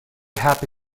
happy